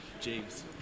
James